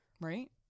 Right